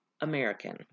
American